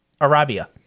Arabia